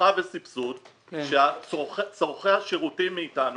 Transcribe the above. הנחה וסבסוד שצורכי השירותים מאתנו,